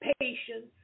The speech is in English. patience